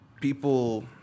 people